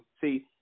See